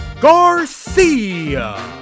Garcia